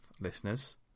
Listeners